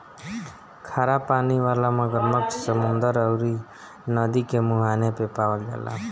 खरा पानी वाला मगरमच्छ समुंदर अउरी नदी के मुहाने पे पावल जाला